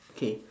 okay